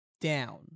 down